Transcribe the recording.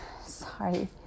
sorry